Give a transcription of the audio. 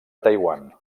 taiwan